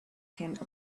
came